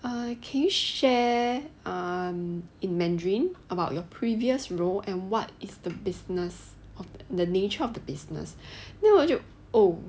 err can you share um in mandarin about your previous role and what is the business of the nature of the business then 我就 oh